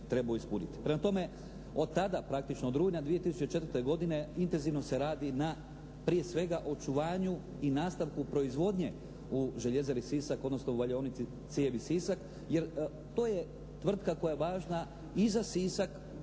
Prema tome od tada, praktično od rujna 2004. godine intenzivno se radi na prije svega očuvanju i nastavku proizvodnje u željezari "Sisak" odnosno u valjaonici cijevi "Sisak", jer to je tvrtka koja važna i za Sisak.